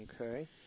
Okay